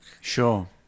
Sure